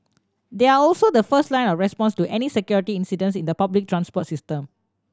they are also the first line of response to any security incidents in the public transport system